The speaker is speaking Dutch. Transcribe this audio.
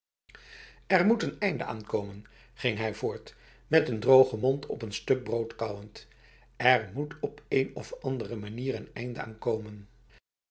er moet een einde aan komen ging hij voort met een droge mond op n stuk brood kauwend er moet op een of andere manier een eind aan komenf